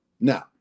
Now